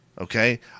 Okay